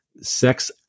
sex